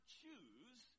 choose